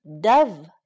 Dove